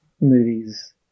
movies